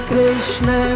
Krishna